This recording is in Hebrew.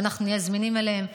ואנחנו נהיה זמינים אליהם,